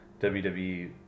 WWE